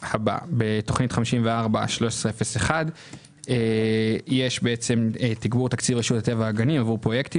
בתכנית 541301 יש תגבור תקציב רשות הטבע והגנים עבור פרויקטים